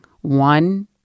one